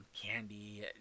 candy